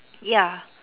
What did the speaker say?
ya